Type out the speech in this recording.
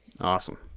Awesome